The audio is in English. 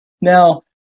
Now